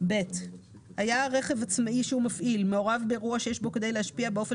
היה רכב עצמאי שהוא פעיל מעורב באירוע שיש בו כדי להשפיע באופן